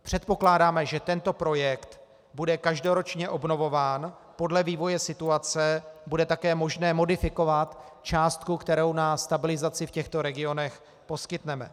Předpokládáme, že tento projekt bude každoročně obnovován, podle vývoje situace bude také možné modifikovat částku, kterou na stabilizaci v těchto regionech poskytneme.